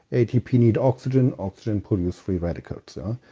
atp needs oxygen. oxygen produces free radicals. so,